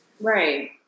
Right